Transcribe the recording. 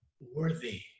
worthy